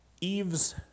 Eve's